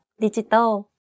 digital